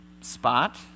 spot